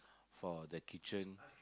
for the kitchen